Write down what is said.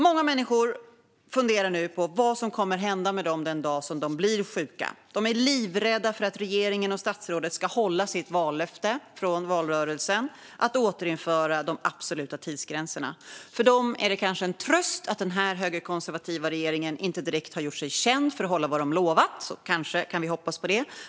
Många människor funderar nu på vad som kommer att hända med dem den dag de blir sjuka. De är livrädda för att regeringen och statsrådet ska hålla sitt vallöfte från valrörelsen att återinföra de absoluta tidsgränserna. För dem är det kanske en tröst att den här högerkonservativa regeringen inte direkt har gjort sig känd för att hålla vad den lovat. Kanske kan vi hoppas på det.